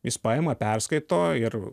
jis paima perskaito ir